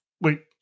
wait